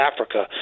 Africa